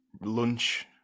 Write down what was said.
lunch